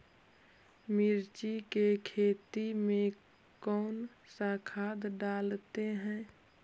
मिर्ची के खेत में कौन सा खाद डालते हैं?